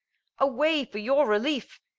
away for your releefe,